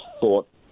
thought